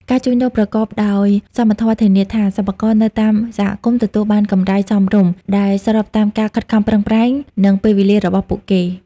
ការជួញដូរប្រកបដោយសមធម៌ធានាថា សិប្បករនៅតាមសហគមន៍ទទួលបានកម្រៃសមរម្យ ដែលស្របតាមការខិតខំប្រឹងប្រែង និងពេលវេលារបស់ពួកគេ។